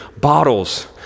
bottles